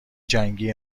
جنگی